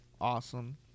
awesome